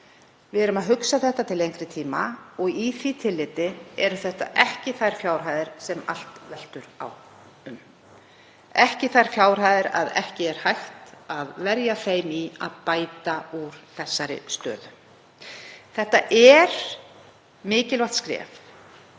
Við erum að hugsa þetta til lengri tíma. Í því tilliti eru þetta ekki þær fjárhæðir sem allt veltur á, ekki slíkar fjárhæðir að ekki sé hægt að verja þeim í að bæta úr þessari stöðu. Þetta er mikilvægt skref,